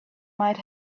might